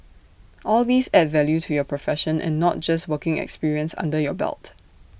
all these add value to your profession and not just working experience under your belt